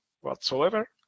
whatsoever